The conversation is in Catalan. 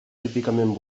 típicament